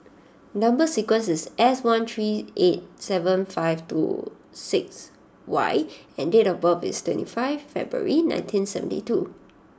number sequence is S one three eight seven five two six Y and date of birth is twenty five February nineteen seventy two